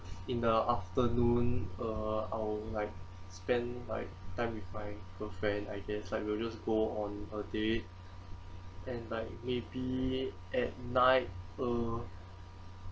in the afternoon uh I would like spend my time with my girlfriend I guess like we'll just go on a date and like maybe at night uh